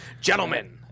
Gentlemen